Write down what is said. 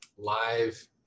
live